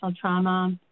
trauma